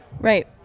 Right